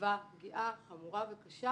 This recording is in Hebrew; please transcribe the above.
מהווה פגיעה חמורה וקשה